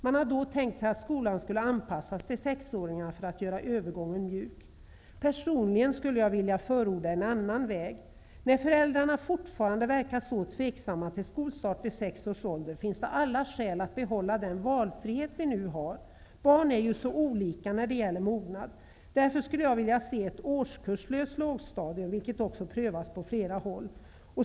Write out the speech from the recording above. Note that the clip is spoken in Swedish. Man har då tänkt sig att skolan skulle anpassas till sexåringarna för att göra övergången mjuk. Personligen skulle jag vilja förorda en annan väg. Eftersom föräldrarna fortfarande verkar så tveksamma till skolstart vid sex års ålder, finns det alla skäl att behålla den valfrihet vi nu har. Barn är ju så olika när det gäller mognad. Därför skulle jag vilja se ett årskurslöst lågstadium, vilket också har prövats på flera håll.